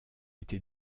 été